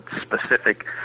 specific –